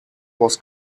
was